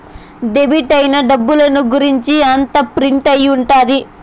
debit అయిన డబ్బుల గురుంచి అంతా ప్రింట్ అయి ఉంటది